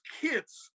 kids